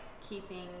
keeping